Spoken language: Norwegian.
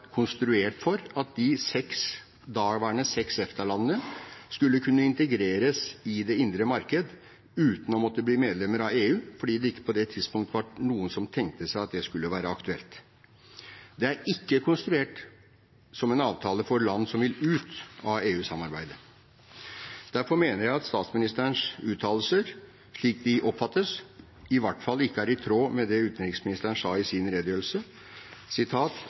konstruert for at de daværende seks EFTA-landene skulle kunne integreres i det indre marked uten å måtte bli medlemmer av EU, fordi det ikke på det tidspunktet var noen som tenkte seg at det skulle være aktuelt. Det er ikke konstruert som en avtale for land som vil ut av EU-samarbeidet. Derfor mener jeg at statsministerens uttalelser, slik de oppfattes, i hvert fall ikke er i tråd med det utenriksministeren sa i sin redegjørelse: